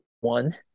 one